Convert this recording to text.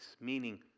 meaning